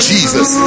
Jesus